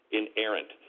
inerrant